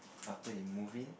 after he move in